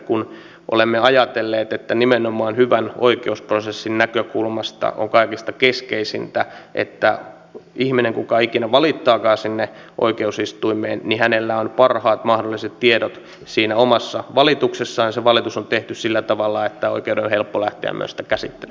kun olemme ajatelleet että nimenomaan hyvän oikeusprosessin näkökulmasta on kaikista keskeisintä että kuka ikinä valittaakaan sinne oikeusistuimeen hänellä on parhaat mahdolliset tiedot siinä omassa valituksessaan ja se valitus on tehty sillä tavalla että oikeuden on helppo myös lähteä sitä käsittelemään